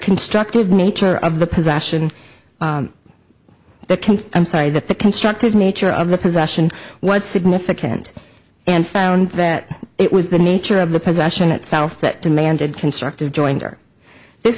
constructive nature of the possession that can't i'm sorry that the constructive nature of the possession was significant and found that it was the nature of the possession itself that demanded constructive jointer this